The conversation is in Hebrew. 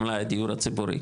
על מלאי הדיור הציבורי,